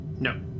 No